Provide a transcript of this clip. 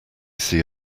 see